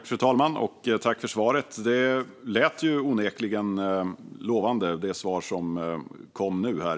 Fru talman! Jag tackar för svaret. Det svar som kom nu lät onekligen lovande.